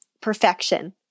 perfection